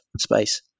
space